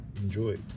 Enjoy